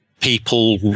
people